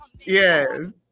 Yes